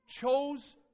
chose